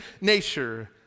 nature